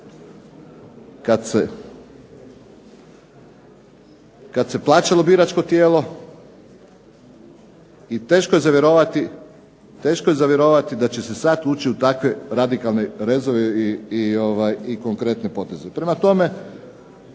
kada se plaćalo biračko tijelo. I teško je za vjerovati da će se sada ući u takve radikalne rezove i konkretne poteze. Prema tome,